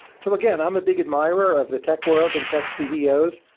so again, i'm a big admirer of the tech world and tech ceos,